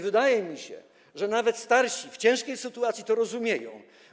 Wydaje mi się, że nawet starsi w ciężkiej sytuacji to rozumieją.